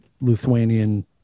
Lithuanian